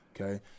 okay